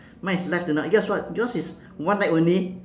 mine is live tonight yours what yours is one night only